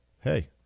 hey